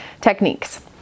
techniques